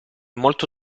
molto